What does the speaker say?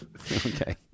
Okay